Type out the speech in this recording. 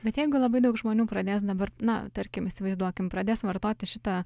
bet jeigu labai daug žmonių pradės dabar na tarkim įsivaizduokim pradės vartoti šitą